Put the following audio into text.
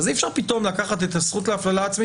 אי אפשר פתאום לקחת את הזכות להפללה עצמית